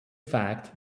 fact